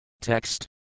Text